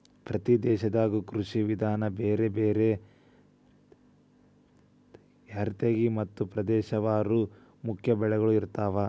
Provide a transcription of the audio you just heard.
ಪ್ರತಿ ದೇಶದಾಗು ಕೃಷಿ ವಿಧಾನ ಬೇರೆ ಬೇರೆ ಯಾರಿರ್ತೈತಿ ಮತ್ತ ಪ್ರದೇಶವಾರು ಮುಖ್ಯ ಬೆಳಗಳು ಇರ್ತಾವ